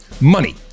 Money